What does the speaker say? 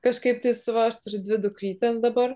kažkaip tais va aš turi dvi dukrytes dabar